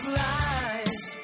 lies